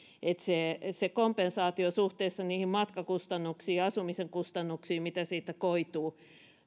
se se kompensaatio suhteessa niihin matkakustannuksiin asumisen kustannuksiin mitä siitä koituu